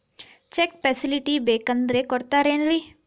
Check facility ಬೇಕಂದ್ರ ಕೊಡ್ತಾರೇನ್ರಿ?